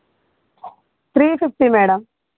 three fifty madam